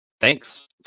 thanks